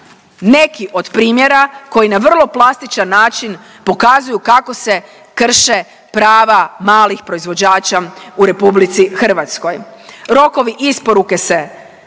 neki od primjera koji na vrlo plastičan način pokazuju kako se krše prava malih proizvođača u RH. Rokovi isporuke se ne poštuju,